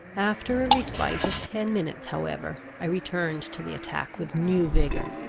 after a respite of ten minutes however, i returned to the attack with new vigour.